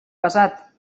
pesat